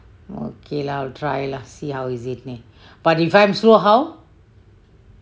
okay lah I will try lah see how is it but if I'm so how